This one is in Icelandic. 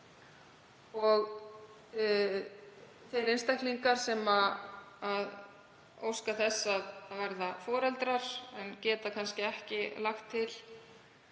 að þeir einstaklingar sem óska þess að verða foreldrar, en geta kannski ekki lagt til